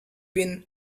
been